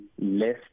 less